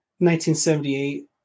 1978